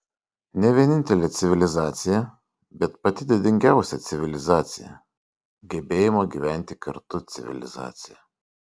ne vienintelė civilizacija bet pati didingiausia civilizacija gebėjimo gyventi kartu civilizacija